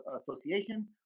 association